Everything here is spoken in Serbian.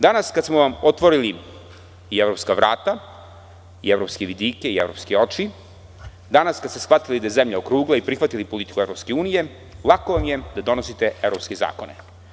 Danas kada smo vam otvorili i evropska vrata i evropske vidike i evropske oči, danas kada ste shvatili da je zemlja okrugla i prihvatili politiku EU, lako vam je da donosite evropske zakone.